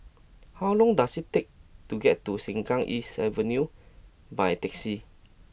how long does it take to get to Sengkang East Avenue by taxi